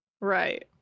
Right